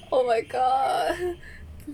oh my god